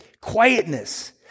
quietness